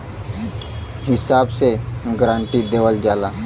हिसाब से गारंटी देवल जाला